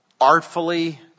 Artfully